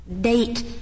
date